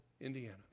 Indiana